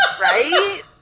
Right